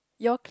you all clip